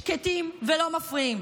שקטים ולא מפריעים.